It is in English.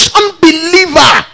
unbeliever